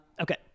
okay